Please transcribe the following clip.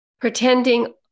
Pretending